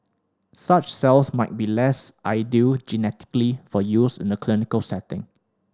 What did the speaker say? such cells might be less ideal genetically for use in the clinical setting